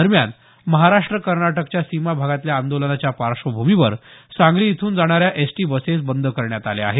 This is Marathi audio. दरम्यान महाराष्ट्र कर्नाटकच्या सीमा भागातल्या आंदोलनाच्या पार्श्वभूमीवर सांगली इथून जाणाऱ्या एसटी बसेस बंद करण्यात आल्या आहेत